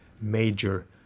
major